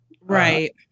Right